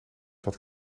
wat